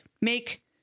make